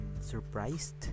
surprised